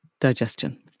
Digestion